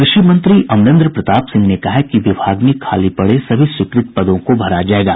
कृषि मंत्री अमरेन्द्र प्रताप सिंह ने कहा है कि विभाग में खाली पड़े सभी स्वीकृत पदों को भरा जायेगा